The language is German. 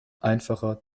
einfacher